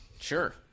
Sure